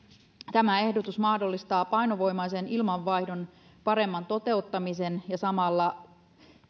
tämä ehdotus mahdollistaa painovoimaisen ilmanvaihdon paremman toteuttamisen ja